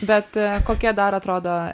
bet kokie dar atrodo